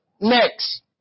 next